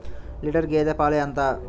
Litre గేదె పాలు ఎంత?